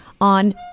on